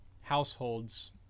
household's